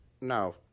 No